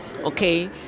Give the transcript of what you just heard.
okay